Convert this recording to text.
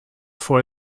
for